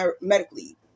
medically